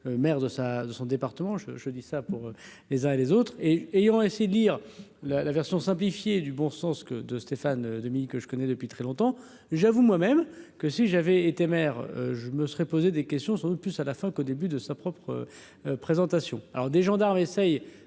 sa de son département, je, je dis ça pour les uns et les autres et et aura ainsi dire la la version simplifiée du bon sens que de Stéphane Dominique je connais depuis très longtemps, j'avoue moi-même que si j'avais été maire, je me serais posé des questions sur plus à la fin qu'au début de sa propre présentation alors des gendarmes essayent